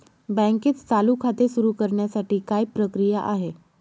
बँकेत चालू खाते सुरु करण्यासाठी काय प्रक्रिया आहे?